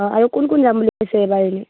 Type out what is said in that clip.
অঁ আৰু কোন কোন যাম বুলি ওলাইছে এইবাৰ এনে